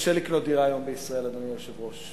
קשה לקנות דירה היום בישראל, אדוני היושב-ראש.